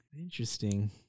Interesting